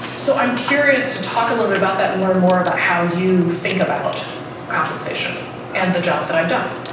so i'm curious to talk a little bit about that and learn more about how you think about compensation and the job that i've done.